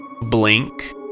blink